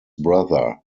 brother